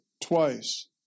twice